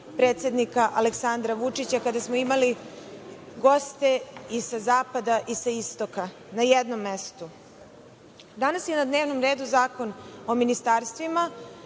predsednika Aleksandra Vučića kada smo imali goste i sa zapada i sa istoka na jednom mestu. Danas je na dnevnom redu Zakon o ministarstvima